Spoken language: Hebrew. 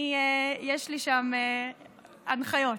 יש לי הנחיות.